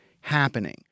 happening